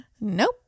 Nope